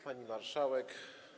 Pani Marszałek!